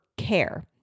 care